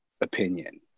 opinion